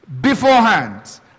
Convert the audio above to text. beforehand